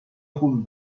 خوبی